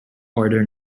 order